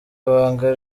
banga